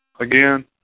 again